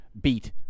beat